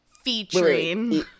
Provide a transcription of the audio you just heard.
Featuring